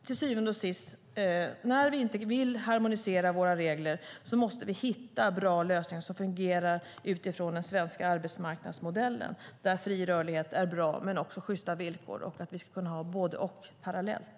Till syvende och sist: När vi inte vill harmonisera våra regler måste vi hitta bra lösningar som fungerar utifrån den svenska arbetsmarknadsmodellen, där fri rörlighet men också sjysta villkor är bra. Vi ska kunna ha både och, parallellt.